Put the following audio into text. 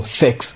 sex